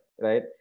right